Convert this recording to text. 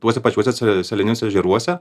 tuose pačiuose se seliniuose ežeruose